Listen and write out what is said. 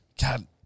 God